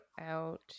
out